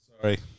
Sorry